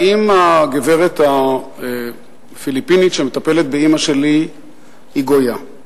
האם הגברת הפיליפינית שמטפלת באמא שלי היא גויה?